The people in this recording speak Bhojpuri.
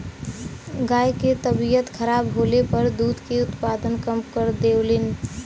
गाय के तबियत खराब होले पर दूध के उत्पादन कम कर देवलीन